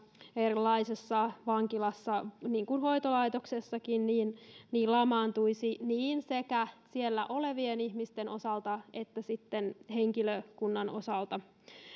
erilaisissa vankiloissa niin kuin hoitolaitoksissakin lamaantuisi sekä siellä olevien ihmisten osalta että sitten henkilökunnan osalta